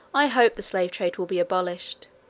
i hope the slave trade will be abolished.